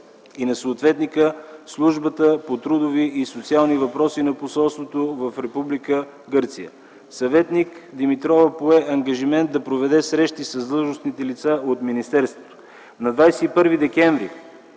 и на съответника – Службата по трудови и социални въпроси на посолството в Република Гърция. Съветник Димитрова пое ангажимент да проведе срещи с длъжностните лица от министерството.